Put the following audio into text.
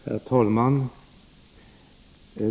Herr talman!